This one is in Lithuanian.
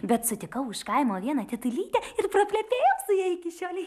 bet sutikau už kaimo vieną tetulytę ir praplepėjau su ja iki šiolei